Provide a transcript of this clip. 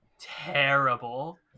terrible